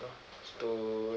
you know to